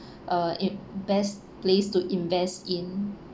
uh in~ best place to invest in